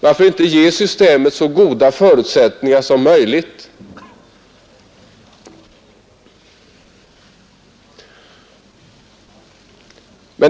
Varför inte ge systemet så goda förutsättningar som möjligt?